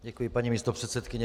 Děkuji, paní místopředsedkyně.